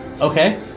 Okay